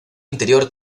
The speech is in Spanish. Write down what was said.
interior